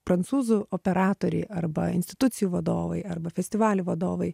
prancūzų operatoriai arba institucijų vadovai arba festivalių vadovai